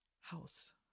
House